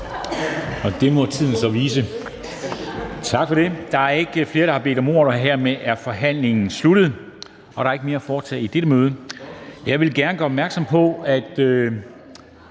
Det må tiden så vise.